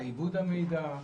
לעיבוד המידע,